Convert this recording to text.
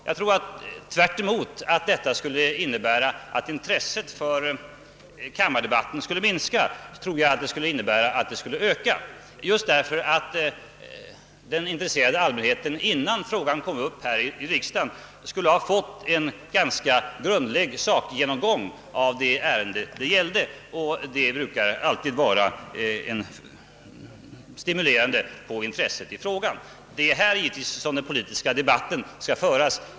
Jag tror inte att intresset för kammardebatterna därigenom skulle minska — tvärtom tror jag att de skulle öka, eftersom allmänheten skulle få en ganska grundlig sakgenomgång redan innan ärendena skulle komma upp här i kamrarna, och sådant brukar stimulera intresset. Det är givetvis här i kammaren som den politiska debatten skall föras.